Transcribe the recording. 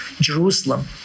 Jerusalem